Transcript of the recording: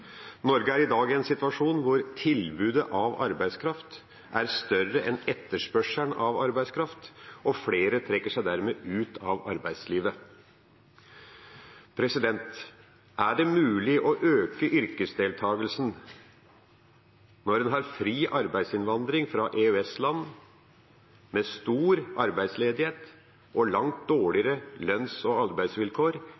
Norge er i dag i en situasjon hvor tilbudet av arbeidskraft er større enn etterspørselen etter arbeidskraft, og flere trekker seg dermed ut av arbeidslivet. Er det mulig å øke yrkesdeltakelsen når en har fri arbeidsinnvandring fra EØS-land med stor arbeidsledighet og langt